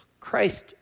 Christ